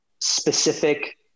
specific